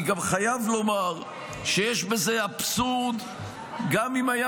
אני גם חייב לומר שיש בזה אבסורד גם אם היה